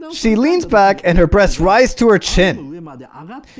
she leans back and her breasts rise to her chin um and um um